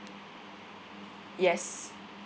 yes